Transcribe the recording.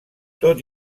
tot